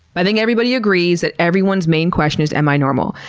i think everybody agrees that everyone's main question is, am i normal?